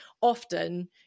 often